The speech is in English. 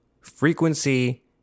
Frequency